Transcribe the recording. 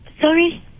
Sorry